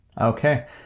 Okay